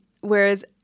Whereas